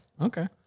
Okay